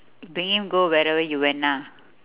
bring him go wherever you went ah